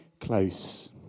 close